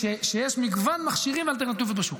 שיש מגוון מכשירים ואלטרנטיבות בשוק.